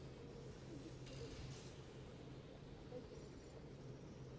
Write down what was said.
مان ژٕ زٕ سوٗٹ أنۍ مےٚ پانٛژن پانٛژن ہتن ماشاء اللہ وارِیاہ زیادٕ اَصٕل